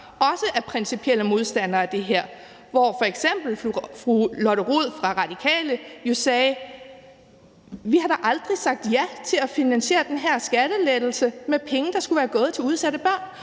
også principielt er modstandere af det her. F.eks. fru Lotte Rod fra Radikale sagde jo: Vi har da aldrig sagt ja til at finansiere den her skattelettelse med penge, der skulle være gået til udsatte børn.